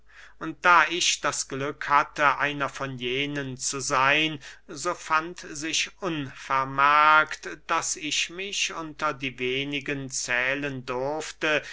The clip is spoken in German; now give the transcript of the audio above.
und da ich das glück hatte einer von jenen zu seyn so fand sich unvermerkt daß ich mich unter die wenigen zählen durfte